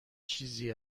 چیزی